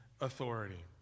authority